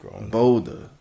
Bolder